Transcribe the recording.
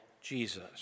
Jesus